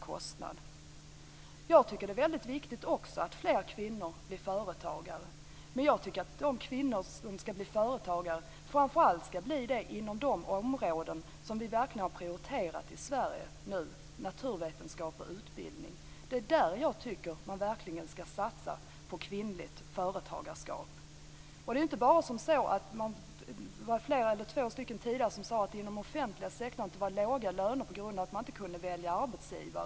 Jag tycker också att det är väldigt viktigt att fler kvinnor blir företagare men jag tycker att de kvinnor som skall bli företagare framför allt skall bli det inom de områden som vi i Sverige verkligen har prioriterat - naturvetenskap och utbildning. Det är där jag tycker att man verkligen skall satsa på kvinnligt företagarskap. Två talare sade tidigare att det var låga löner inom den offentliga sektorn på grund av att man inte kan välja arbetsgivare.